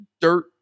dirt